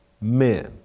men